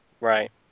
Right